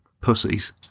pussies